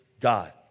God